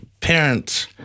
parents